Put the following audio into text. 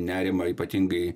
nerimą ypatingai